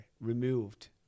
removed